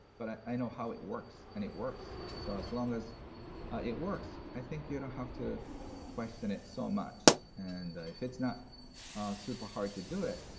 but i i know how it works, and it works. so, as long as it works, i think you don't have to question it so much. and if it's not super hard to do it,